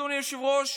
אדוני היושב-ראש,